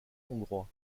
hongrois